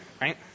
right